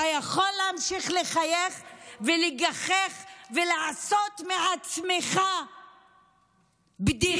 אתה יכול להמשיך לחייך ולגחך ולעשות מעצמך בדיחה